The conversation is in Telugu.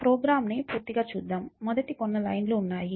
ప్రోగ్రామ్ను పూర్తిగా చూద్దాం మొదటి కొన్ని లైన్ లు ఉన్నాయి